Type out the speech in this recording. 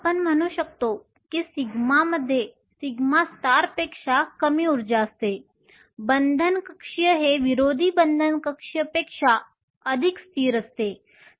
आपण म्हणू शकतो की σ मध्ये σ पेक्षा कमी उर्जा असते बंधन कक्षीय हे विरोधी बंधन कक्षीयपेक्षा अधिक स्थिर असते